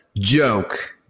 joke